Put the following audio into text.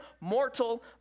mortal